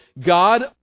God